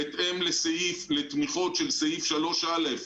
בהתאם לתמיכות של סעיף 3א,